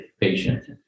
patient